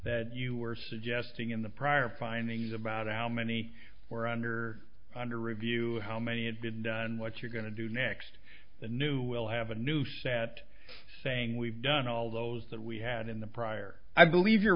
that you are suggesting in the prior findings about how many were under under review how many had been done what you're going to do next the new will have a new set saying we've done all those that we had in the prior i believe you're